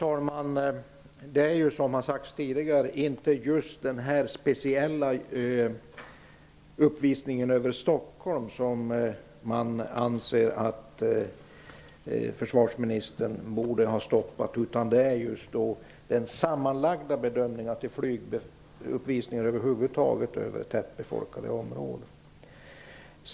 Herr talman! Som har sagts tidigare är det inte speciellt uppvisningen över Stockholm som vi anser att försvarsministern borde ha stoppat, utan över huvud taget uppvisningar över tättbefolkade områden.